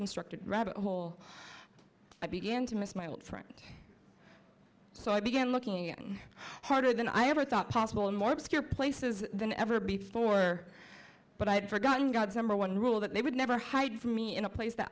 constructed rabbit hole i began to miss my old friend so i began looking harder than i ever thought possible in more obscure places than ever before but i'd forgotten god's number one rule that they would never hide from me in a place that